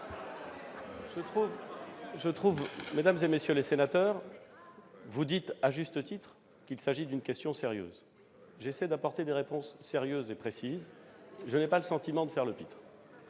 Ça ... Mesdames, messieurs les sénateurs, vous dites à juste titre qu'il s'agit d'une question sérieuse. J'essaie donc d'y apporter des réponses sérieuses et précises. Je n'ai pas le sentiment de faire le pitre